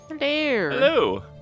hello